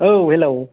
ओव हेल'